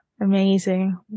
amazing